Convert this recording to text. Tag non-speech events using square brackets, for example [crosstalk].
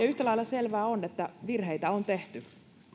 [unintelligible] yhtä lailla selvää on että virheitä on tehty